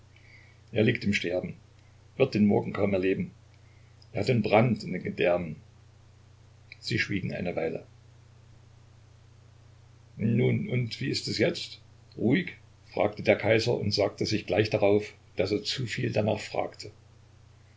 er liegt im sterben wird den morgen kaum erleben er hat den brand in den gedärmen sie schwiegen eine weile nun und wie ist es jetzt ruhig fragte der kaiser und sagte sich gleich darauf daß er zu viel danach fragte